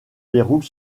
déroule